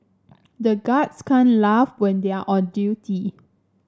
the guards can't laugh when they are on duty